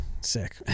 sick